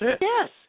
Yes